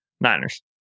Niners